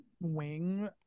wing